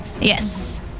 Yes